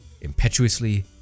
impetuously